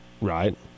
Right